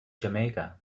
jamaica